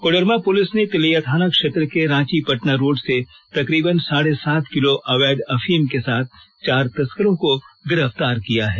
Koderma police ने तिलैया थाना क्षेत्र के रांची पटना रोड से तकरीबन साढ़े सात किलो अवैध अफीम के साथ चार तस्करों को गिरफ्तार किया है